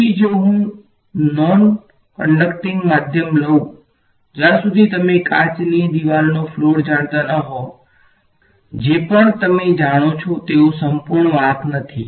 તેથી જો હું નોન કંડક્ટીંગ માધ્યમ લઉં જ્યાં સુધી તમે કાચની દિવાલનો ફ્લોર જાણતા ન હોવ જે પણ તમે જાણો છો તેઓ સંપૂર્ણ વાહક નથી